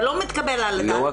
זה לא מתקבל על הדעת,